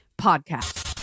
Podcast